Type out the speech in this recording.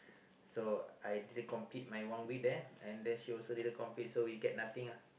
so I didn't complete my one week there and then she also didn't complete so we get nothing ah